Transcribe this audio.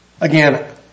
Again